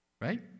Right